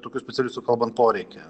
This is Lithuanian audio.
tokių specialistų kalbant poreikį